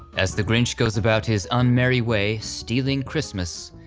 as the grinch goes about his un-merry way stealing christmas,